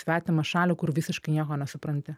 svetimą šalį kur visiškai nieko nesupranti